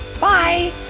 bye